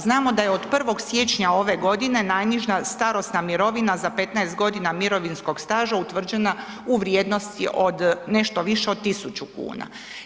Znamo da je od 1. siječnja ove godine najniža starosna mirovina za 15.g. mirovinskog staža utvrđena u vrijednosti od nešto više od 1.000,00 kn.